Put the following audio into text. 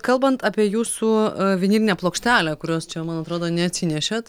kalbant apie jūsų vinilinę plokštelę kurios čia man atrodo neatsinešėt